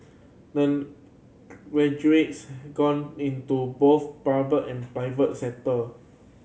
the graduates have gone into both public and private sector